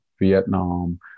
Vietnam